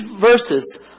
verses